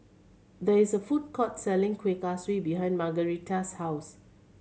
there is a food court selling Kueh Kaswi behind Margaretta's house